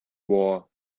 war